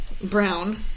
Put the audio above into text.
Brown